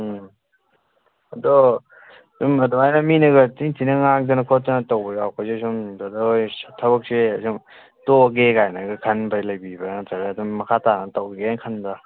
ꯎꯝ ꯑꯗꯣ ꯑꯗꯨꯝ ꯑꯗꯨꯃꯥꯏꯅ ꯃꯤꯅꯒ ꯊꯤ ꯊꯤꯅ ꯉꯥꯡꯗꯅ ꯈꯣꯠꯇꯅ ꯇꯧꯕ ꯌꯥꯎꯔꯛꯄꯁꯦ ꯁꯨꯝ ꯕ꯭ꯔꯗꯔ ꯍꯣꯏ ꯊꯕꯛꯁꯦ ꯁꯨꯝ ꯇꯣꯛꯑꯒꯦ ꯒꯥꯏꯅꯒ ꯈꯟꯕ ꯂꯩꯕꯤꯕ꯭ꯔꯥ ꯅꯠꯇ꯭ꯔꯒ ꯑꯗꯨꯝ ꯃꯈꯥ ꯇꯥꯅ ꯇꯧꯒꯦꯅ ꯈꯟꯕ꯭ꯔꯥ